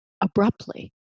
abruptly